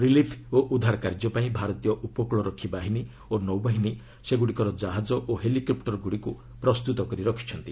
relief ଓ ଉଦ୍ଧାର କାର୍ଯ୍ୟ ପାଇଁ ଭାରତୀୟ ଉପକୂଳରକ୍ଷୀ ବାହିନୀ ଓ ନୌ ବାହିନୀ ସେଗୁଡ଼ିକର କାହାଜ ଓ ହେଲିକପ୍ଟର ଗୁଡ଼ିକୁ ପ୍ରସ୍ତୁତ କରି ରଖିଛନ୍ତି